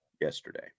yesterday